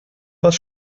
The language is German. was